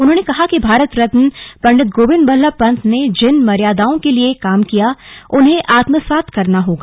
उन्होंने कहा कि भारत रत्न पंडित गोविन्द बल्लभ पंत ने जिन मार्यादाओं के लिए काम किया उन्हें हमें आत्मसात करना होगा